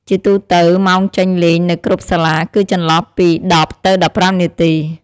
ជាទូទៅម៉ោងចេញលេងនៅគ្រប់សាលាគឺចន្លោះពី ១០ទៅ១៥នាទី។